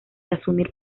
asumir